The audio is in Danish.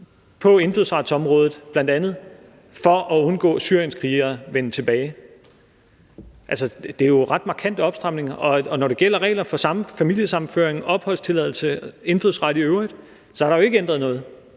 på indfødsretsområdet for at undgå, at syrienskrigere vender tilbage. Det er jo ret markante opstramninger, og når det gælder regler for familiesammenføring, opholdstilladelse og indfødsret i øvrigt, er der ikke ændret noget.